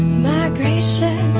migration,